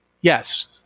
Yes